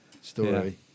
story